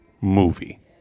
movie